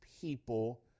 people